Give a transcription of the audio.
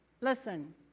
listen